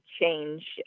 change